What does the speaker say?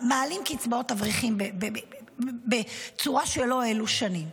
מעלים קצבאות אברכים בצורה לא העלו שנים.